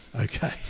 Okay